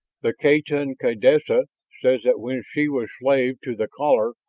the khatun kaydessa says that when she was slave to the caller,